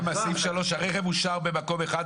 גם פסקה (3): "הרכב הושאר במקום אחד,